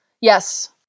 Yes